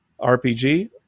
RPG